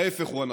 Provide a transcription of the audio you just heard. ההפך הוא הנכון.